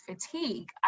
fatigue